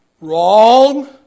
Wrong